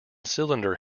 cylinder